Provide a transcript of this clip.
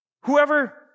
Whoever